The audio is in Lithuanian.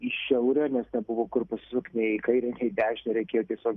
į šiaurę nes nebuvo kur pasisukt nei į kairę nei į dešinę reikėjo tiesiog